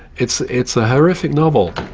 it's it's a horrific novel.